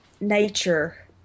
nature